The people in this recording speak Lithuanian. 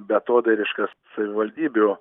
beatodairiškas savivaldybių